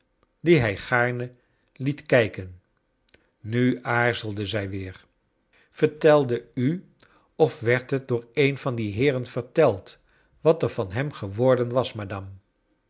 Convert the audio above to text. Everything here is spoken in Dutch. die hij gaarne liet kijken nu aarzelde zij weer vertelde u of werd het door een van die heeren verteld wat er van hem geworden was madame